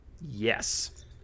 Yes